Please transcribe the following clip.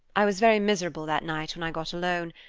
i was very miserable that night when i got alone.